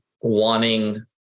wanting